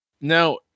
Now